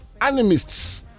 animists